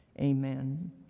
amen